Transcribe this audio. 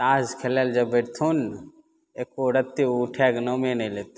तास खेलैला जे बैठथुन एक्को रति उठयके नामे नहि लेथुन